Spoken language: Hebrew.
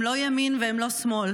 הם לא ימין והם לא שמאל,